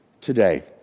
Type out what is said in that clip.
today